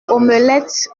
omelette